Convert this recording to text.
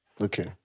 okay